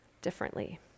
differently